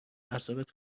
اعصابت